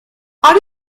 are